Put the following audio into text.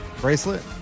bracelet